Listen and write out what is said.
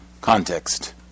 Context